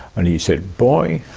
and he said, boy,